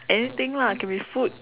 anything lah can be food